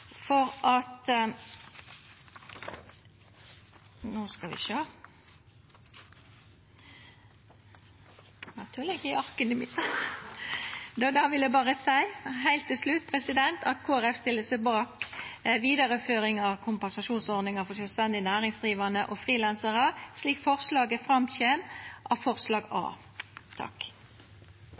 Då vil eg berre seia heilt til slutt at Kristeleg Folkeparti stiller seg bak vidareføring av kompensasjonsordninga for sjølvstendig næringsdrivande og frilansarar, slik det kjem fram av forslag A